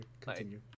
continue